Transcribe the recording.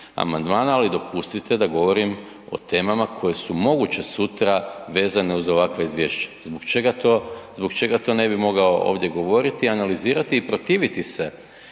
ali dopustite da govorim o temama koje su moguće sutra vezane uz ovakva izvješća, zbog čega to, zbog čega to ne bi mogao ovdje govoriti i analizirati i protiviti se